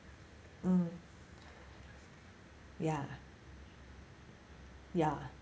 mm ya ya